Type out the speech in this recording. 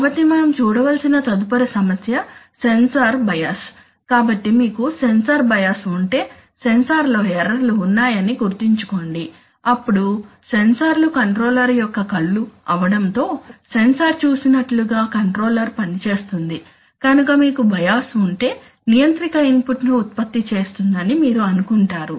కాబట్టి మనం చూడవలసిన తదుపరి సమస్య సెన్సార్ బయాస్ కాబట్టి మీకు సెన్సార్ బయాస్ ఉంటే సెన్సార్లో ఎర్రర్ లు ఉన్నాయని గుర్తుంచుకోండి అప్పుడు సెన్సార్లు కంట్రోలర్ యొక్క కళ్ళు అవడం తో సెన్సార్ చూసినట్లు గా కంట్రోలర్ పనిచేస్తుంది కనుక మీకు బయాస్ ఉంటే నియంత్రిక ఇన్పుట్ను ఉత్పత్తి చేస్తుందని మీరు అనుకుంటారు